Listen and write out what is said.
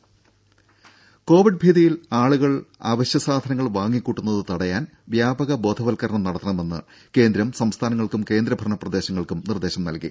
രംഭ covid ഭീതിയിൽ ആളുകൾ അവശ്യ സാധനങ്ങൾ വാങ്ങിക്കൂട്ടുന്നത് തടയാൻ വ്യാപക ബോധവൽക്കരണം നടത്തണമെന്ന് കേന്ദ്രം സംസ്ഥാനങ്ങൾക്കും കേന്ദ്രഭരണ പ്രദേശങ്ങൾക്കും നിർദേശം നൽകി